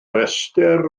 restr